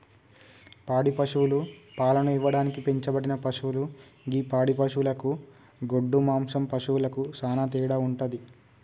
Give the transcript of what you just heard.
పాడి పశువులు పాలను ఇవ్వడానికి పెంచబడిన పశువులు గి పాడి పశువులకు గొడ్డు మాంసం పశువులకు సానా తేడా వుంటది